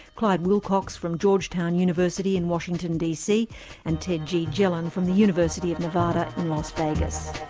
clyde wilcox from georgetown university in washington dc and ted g. jelen from the university of nevada in las vegas.